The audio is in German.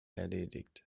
erledigt